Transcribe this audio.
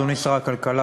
אדוני שר הכלכלה,